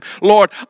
Lord